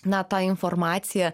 na ta informacija